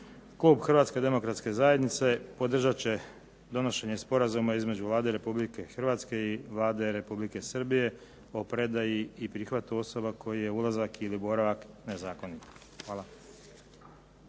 Klub HDZ-a podržat će donošenje sporazuma između Vlade Republike Hrvatske i Vlade Republike Srbije o predaji i prihvatu osoba koji je ulazak ili boravak nezakonit. Hvala.